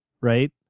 right